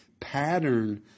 pattern